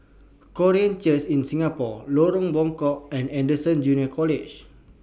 Korean Church in Singapore Lorong Buangkok and Anderson Junior College